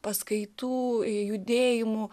paskaitų judėjimų